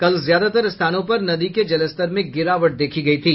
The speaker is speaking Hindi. कल ज्यादातर स्थानों पर नदी के जलस्तर में गिरावट देखी गयी थी